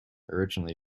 originally